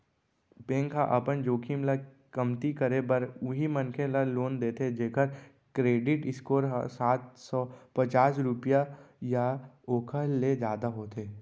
bank ह अपन जोखिम ल कमती करे बर उहीं मनखे ल लोन देथे जेखर करेडिट स्कोर ह सात सव पचास रुपिया या ओखर ले जादा होथे